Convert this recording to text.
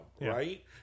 right